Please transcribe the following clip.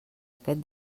aquest